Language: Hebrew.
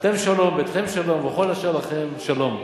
אתם שלום, בתיכם שלום, וכל אשר לכם שלום.